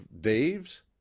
dave's